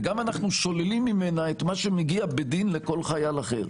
וגם אנחנו שוללים ממנה את מה שמגיע בדין לכל חייל אחר.